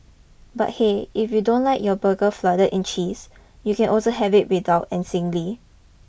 but hey if you don't like your burger flooded in cheese you can also have it without and singly